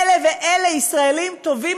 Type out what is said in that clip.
אלה ואלה ישראלים טובים,